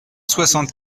soixante